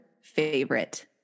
favorite